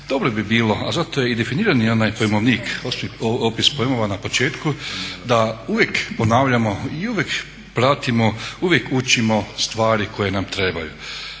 dobro bi bilo, a zato je i definiran onaj pojmovnik, opis pojmova na početku da uvijek ponavljamo i uvijek pratimo, uvijek učimo stvari koje nam trebaju.